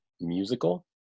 musical